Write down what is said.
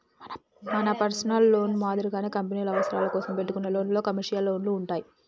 మన personal loan మాదిరిగానే కంపెనీల అవసరాల కోసం పెట్టుకునే లోన్లను కమర్షియల్ లోన్లు అంటారు